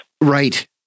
Right